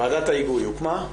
ועדת ההיגוי הוקמה?